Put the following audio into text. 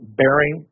bearing